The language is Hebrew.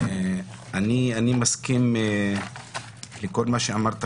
אני מסכים עם כל מה שאמרת,